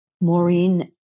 maureen